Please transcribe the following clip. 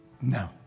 No